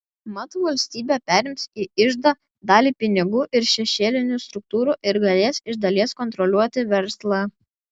mat valstybė perims į iždą dalį pinigų iš šešėlinių struktūrų ir galės iš dalies kontroliuoti verslą